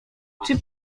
czy